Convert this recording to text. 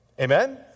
Amen